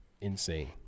Insane